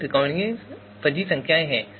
वे त्रिकोणीय फजी संख्याएं हैं